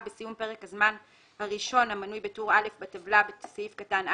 בסיום פרק הזמן הראשון המנוי בטור א' בטבלה שבסעיף קטן (א),